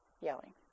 yelling